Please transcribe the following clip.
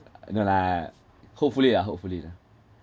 no lah hopefully lah hopefully